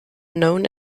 known